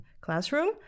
classroom